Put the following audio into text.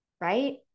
Right